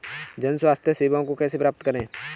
जन स्वास्थ्य सेवाओं को कैसे प्राप्त करें?